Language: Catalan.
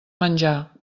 menjar